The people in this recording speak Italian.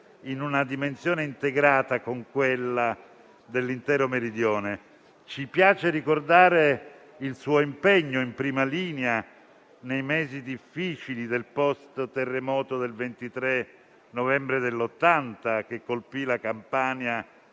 in una dimensione integrata con quella dell'intero Meridione. Ci piace ricordare il suo impegno in prima linea nei mesi difficili del *post* terremoto del 23 novembre del 1980, che colpì la Campania